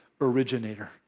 originator